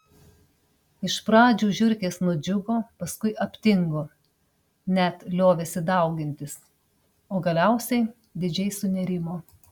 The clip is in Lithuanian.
iš pradžių žiurkės nudžiugo paskui aptingo net liovėsi daugintis o galiausiai didžiai sunerimo